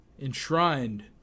enshrined